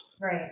Right